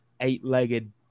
eight-legged